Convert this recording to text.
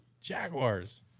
Jaguars